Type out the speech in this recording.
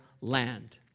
land